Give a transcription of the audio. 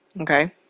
okay